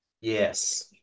Yes